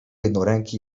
jednoręki